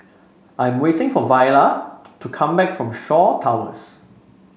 I'm waiting for Viola to to come back from Shaw Towers